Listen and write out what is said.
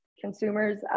consumers